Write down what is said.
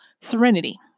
serenity